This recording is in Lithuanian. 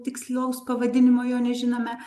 tikslaus pavadinimo jo nežinome